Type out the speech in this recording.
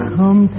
Come